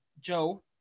joe